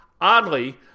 oddly